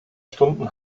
stunden